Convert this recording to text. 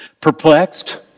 Perplexed